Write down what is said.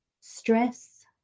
stress